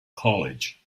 college